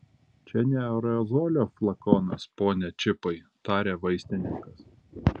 čia ne aerozolio flakonas pone čipai tarė vaistininkas